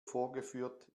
vorgeführt